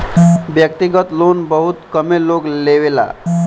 व्यक्तिगत लोन बहुत कमे लोग लेवेला